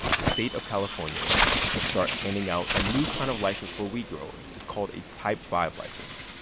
the state of california will start handing out a new kind of license for weed growers. it's called a type five license.